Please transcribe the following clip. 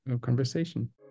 conversation